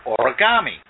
Origami